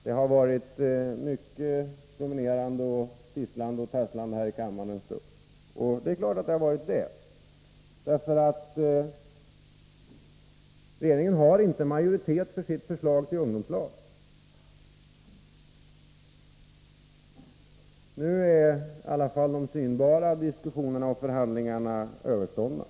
Det har varit mycket tisslande och tasslande här i kammaren en stund, och det är klart, för regeringen har inte majoritet för sitt förslag till ungdomslag. Nu är alla de reella diskussionerna och förhandlingarna överståndna.